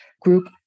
group